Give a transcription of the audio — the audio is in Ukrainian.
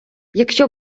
якщо